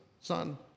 son